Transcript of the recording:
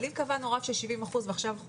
אבל אם קבענו רף של 70% ועכשיו אנחנו